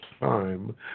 time